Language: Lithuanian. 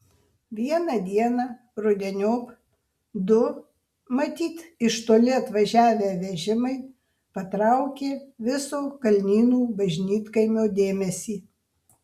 vieną dieną rudeniop du matyt iš toli atvažiavę vežimai patraukė viso kalnynų bažnytkaimio dėmesį